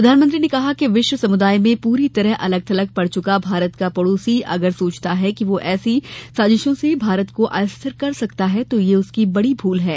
प्रधानमंत्री ने कहा कि विश्व समुदाय में पूरी तरह अलग थलग पड़ चुका भारत का पड़ोसी अगर सोचता है कि वह ऐसी साजिशों से भारत को अस्थिर कर सकता है तो यह उसकी बहुत बड़ी भूल है